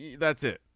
that's it.